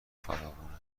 فراوونه